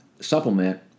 supplement